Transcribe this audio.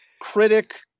critic